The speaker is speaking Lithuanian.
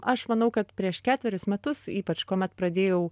aš manau kad prieš ketverius metus ypač kuomet pradėjau